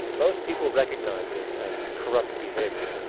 most people recognize this as corrupt behavior.